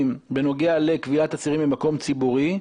בנוגע לכבילת אסירים במקום ציבורי,